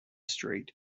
street